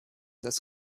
das